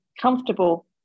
comfortable